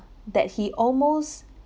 that he almost